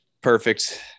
perfect